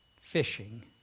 fishing